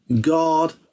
god